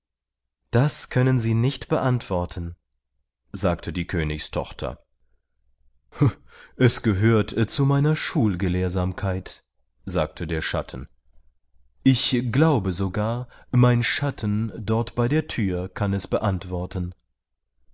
das können sie nicht beantworten sagte die königstochter es gehört zu meiner schulgelehrsamkeit sagte der schatten ich glaube sogar mein schatten dort bei der thür kann es beantworten